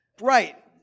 Right